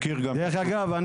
דרך אגב,